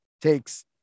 takes